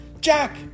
Jack